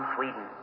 Sweden